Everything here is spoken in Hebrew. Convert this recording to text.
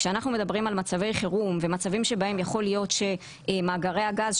כשאנחנו מדברים על מצבי חירום ומצבים שבהם יכול להיות שמאגרי הגז,